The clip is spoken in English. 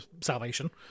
salvation